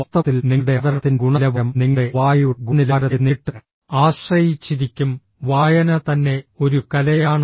വാസ്തവത്തിൽ നിങ്ങളുടെ അവതരണത്തിന്റെ ഗുണനിലവാരം നിങ്ങളുടെ വായനയുടെ ഗുണനിലവാരത്തെ നേരിട്ട് ആശ്രയിച്ചിരിക്കും വായന തന്നെ ഒരു കലയാണ്